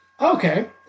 Okay